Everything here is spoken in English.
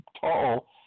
tall